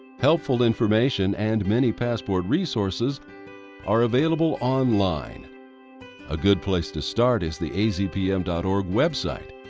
helpful information and many passport resources are available online a good place to start is the azpm dot org web site.